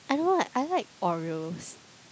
I know like I like Oreos